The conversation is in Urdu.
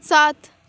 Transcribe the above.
سات